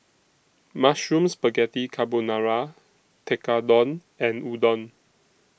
Mushroom Spaghetti Carbonara Tekkadon and Udon